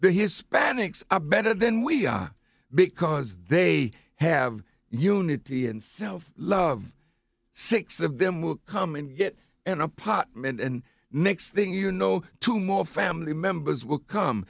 the hispanics are better than we are because they have unity and self love six of them will come and get an apartment and next thing you know two more family members will come